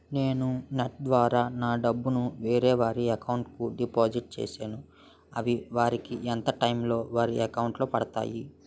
నేను నెఫ్ట్ ద్వారా నా డబ్బు ను వేరే వారి అకౌంట్ కు డిపాజిట్ చేశాను అవి వారికి ఎంత టైం లొ వారి అకౌంట్ లొ పడతాయి?